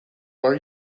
are